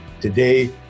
today